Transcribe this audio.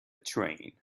train